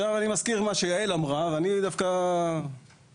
אני מזכיר מה שיעל אמרה - ואני דווקא שמח